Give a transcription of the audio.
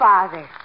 Father